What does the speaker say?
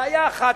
בעיה אחת,